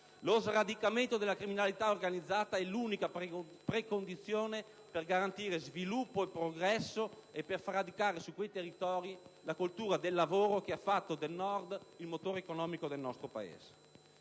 Lo sradicamento della criminalità organizzata è l'unica precondizione per garantire sviluppo e progresso e per far radicare su quei territori la cultura del lavoro che ha fatto del Nord il motore economico del nostro Paese.